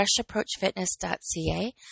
freshapproachfitness.ca